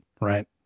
Right